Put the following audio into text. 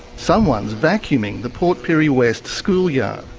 someone's vacuuming the port pirie west schoolyard.